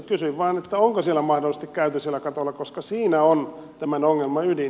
kysyin vain onko siellä mahdollisesti käyty siellä katolla koska siinä on tämän ongelman ydin